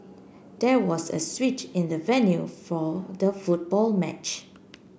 there was a switch in the venue for the football match